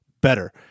better